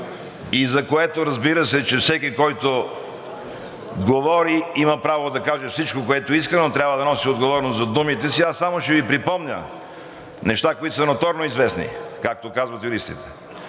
– разбира се, че всеки, който говори, има право да каже всичко, което иска, но трябва да носи отговорност за думите си. Само ще Ви припомня неща, които са ноторно известни, както казват юристите.